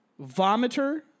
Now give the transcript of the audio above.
Vomiter